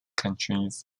countries